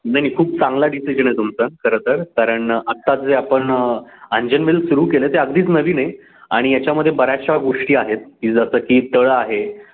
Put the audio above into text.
नाही नाही खूप चांगला डिसिजन आहे तुमचा खरंतर कारण आत्ता जे आपण अंजनवेल सुरू केलं ते अगदीच नवीन आहे आणि याच्यामध्ये बऱ्याचशा गोष्टी आहेत की जसं की तळं आहे